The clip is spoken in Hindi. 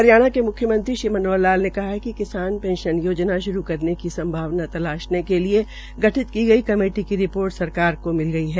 हरियाणा के मुख्यमंत्री मनोहर लाल ने कहा है कि किसान पेंशन योजना श्रू करने की संभावना तलाशने के लिये गठित की गई कमेटी की रिपोर्ट सरकार को मिला गई है